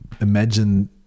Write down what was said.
imagine